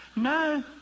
No